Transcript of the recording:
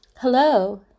Hello